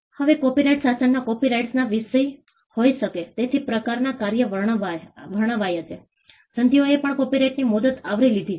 હવે કોપિરાઇટ શાસનમાં કોપિરાઇટના વિષય હોઈ શકે તેવા પ્રકારનાં કાર્યો વર્ણવ્યા છે સંધિઓએ પણ કોપિરાઇટની મુદત આવરી લીધી છે